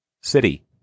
city